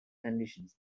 conditions